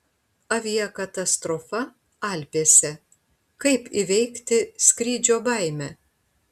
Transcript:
aviakatastrofa alpėse kaip įveikti skrydžio baimę